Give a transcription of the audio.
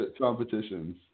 competitions